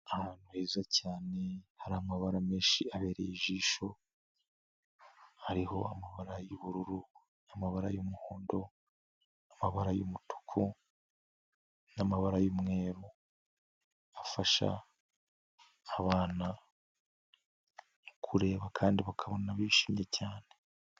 Ahantu heza cyane hari amabara menshi abereye ijisho, hariho amabara y'ubururu, amabara y'umuhondo, amabara y'umutuku, n'amabara y'umweru afasha abana kureba kandi bakabona bishimye cyane.